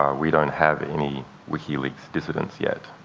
um we don't have any wikileaks dissidents yet.